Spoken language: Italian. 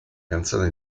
canzone